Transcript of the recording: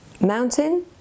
mountain